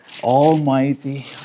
almighty